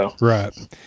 Right